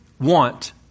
want